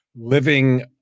living